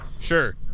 Sure